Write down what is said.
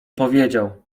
powiedział